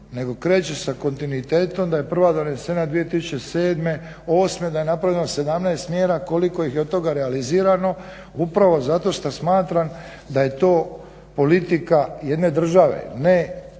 nego kreće se kontinuitetom da je prva donesena 2007., 2008. Da napravimo 17 mjera koliko ih je od toga realizirano upravo zato što smatram da je to politika jedne države ne nečije